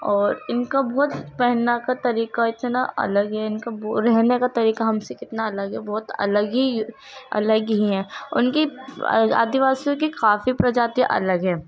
اور ان کا بہت پہننا کا طریقہ اتنا الگ ہے ان کا رہنے کا طریقہ ہم سے کتنا الگ ہے بہت الگ ہی الگ ہی ہیں اور ان کی آدی واسیوں کی کافی پرجاتی الگ ہے